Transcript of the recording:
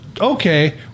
Okay